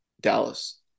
Dallas